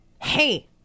hey